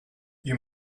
you